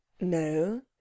No